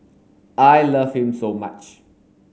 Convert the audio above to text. I love him so much